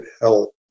help